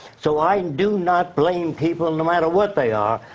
so i and do not blame people, no matter what they are.